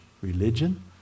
religion